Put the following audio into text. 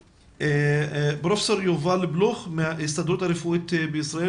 פרופ' יובל בלוך מההסתדרות הרפואית בישראל